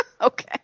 Okay